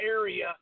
area